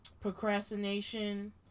procrastination